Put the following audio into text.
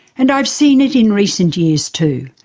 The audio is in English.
and i've seen it in recent years too,